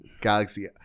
Galaxy